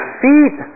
feet